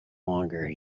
longer